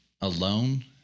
alone